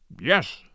Yes